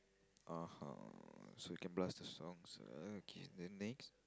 uh-huh so you can blast the songs okay then next